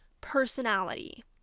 personality